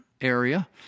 area